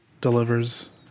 delivers